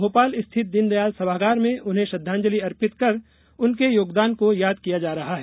भोपाल स्थित दीनदयाल सभागार में उन्हें श्रद्वांजलि अर्पित कर उनके योगदान को याद किया जा रहा है